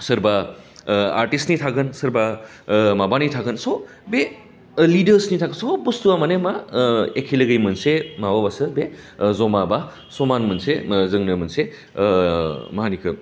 सोरबा आर्दथिससनि थागोन सोरबा माबानि थागोन स' बे अनलि दा सुइथां सब बुस्टुया मानि मा एके लगे मोनसे माबाबासो बे ज'मा बा समान मोनसे जोंनो मोनसे माहोनो इखौ